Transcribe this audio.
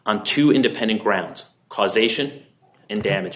on two independent grounds causation and damage